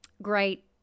great